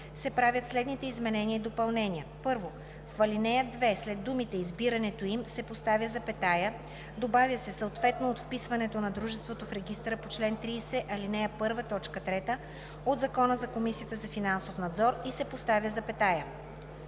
се правят следните изменения и допълнения: 1. В ал. 2 след думите „избирането им“ се поставя запетая, добавя се „съответно от вписването на дружеството в регистъра по чл. 30, ал. 1, т. 3 от Закона за Комисията за финансов надзор“ и се поставя запетая.